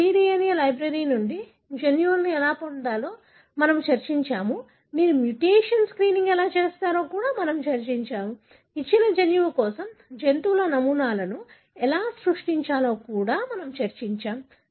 మీరు cDNA library నుండి జన్యువులను ఎలా పొందాలో మనము చర్చించాము మీరు మ్యూటేషన్ స్క్రీనింగ్ ఎలా చేస్తారో మనము చర్చించాము ఇచ్చిన జన్యువు కోసం జంతువుల నమూనాలను ఎలా సృష్టించాలో మనము చర్చించాము